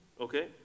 Okay